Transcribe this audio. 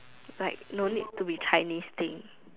like don't need to be Chinese thing